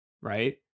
right